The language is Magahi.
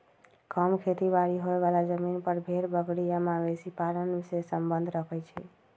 कम खेती बारी होय बला जमिन पर भेड़ बकरी आ मवेशी पालन से सम्बन्ध रखई छइ